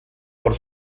por